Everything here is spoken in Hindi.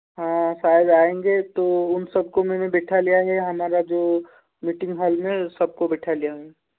हाँ शायद आएंगे तो उन सब को मैंने बिठा लिया है हमारा जो मीटिंग हॉल में सबको बिठा लिया है